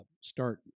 start –